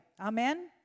Amen